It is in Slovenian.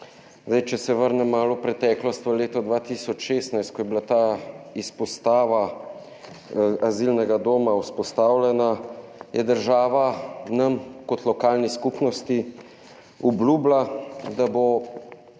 če se vrnem malo v preteklost, v letu 2016, ko je bila ta izpostava azilnega doma vzpostavljena, je država nam kot lokalni skupnosti obljubila, da bo v